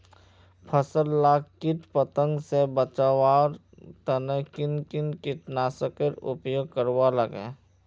फसल लाक किट पतंग से बचवार तने किन किन कीटनाशकेर उपयोग करवार लगे?